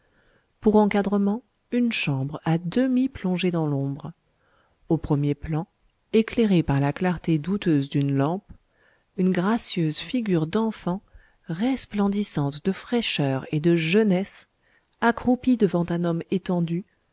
pour encadrement une chambre à demi plongée dans l'ombre au premier plan éclairée par la clarté douteuse d'une lampe une gracieuse figure d'enfant resplendissante de fraîcheur et de jeunesse accroupie devant un homme étendu